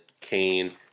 Cain